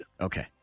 Okay